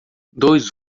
dois